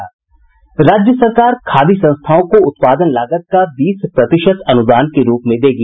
राज्य सरकार खादी संस्थाओं को उत्पादन लागत का बीस प्रतिशत अनुदान के रूप में देगी